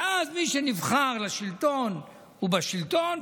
ואז מי שנבחר לשלטון הוא בשלטון,